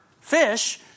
fish